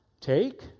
take